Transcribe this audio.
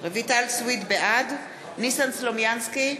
בעד ניסן סלומינסקי,